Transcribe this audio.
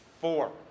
four